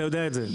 אתה יודע את זה.